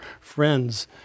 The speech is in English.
friends